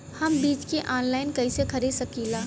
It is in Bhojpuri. हम बीज के आनलाइन कइसे खरीद सकीला?